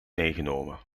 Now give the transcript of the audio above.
meegenomen